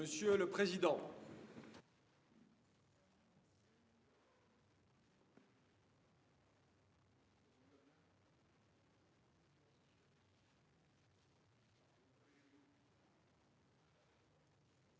Monsieur le président,